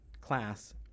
class